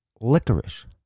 licorice